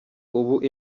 ubu